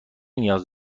نیاز